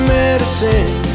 medicine